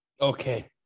Okay